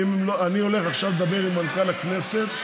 והחיסונים, אני הולך עכשיו לדבר עם מנכ"ל הכנסת.